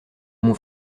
mon